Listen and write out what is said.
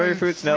ah foods yeah